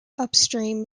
upstream